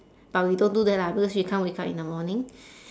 but we don't do that lah because we can't wake up in the morning